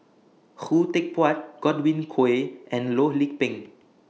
Khoo Teck Puat Godwin Koay and Loh Lik Peng